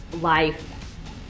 life